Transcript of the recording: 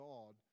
God